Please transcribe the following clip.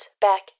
back